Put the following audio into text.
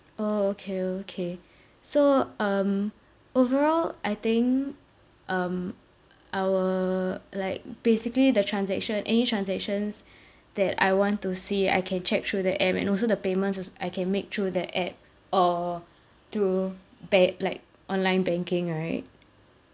orh okay okay so um overall I think um our like basically the transaction any transactions that I want to see I can check through the app and also the payments also I can make through the app or through ba~ like online banking right